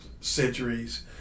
centuries